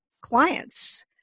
clients